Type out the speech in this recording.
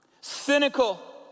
cynical